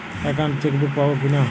Account chequebook পাবো কি না?